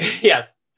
Yes